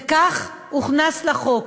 וכך נכתב בחוק.